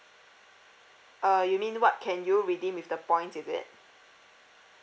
uh you mean what can you redeem with the points is it